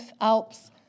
Alps